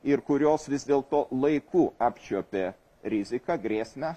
ir kurios vis dėl to laiku apčiuopė riziką grėsmę